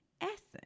essence